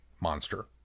monster